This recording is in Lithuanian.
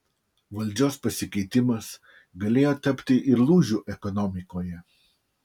valdžios pasikeitimas galėjo tapti ir lūžiu ekonomikoje